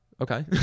okay